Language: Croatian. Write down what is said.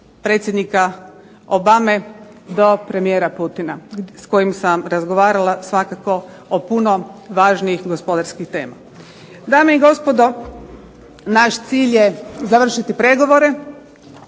predsjednika Obame do premijera Putina s kojim sam razgovarala svakako o puno važnijim gospodarskim temama. Dame i gospodo, naš cilj je završiti pregovore